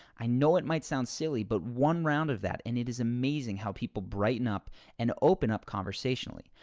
i know it might sound silly but one round of that and it is amazing how people brighten up and open up conversationally.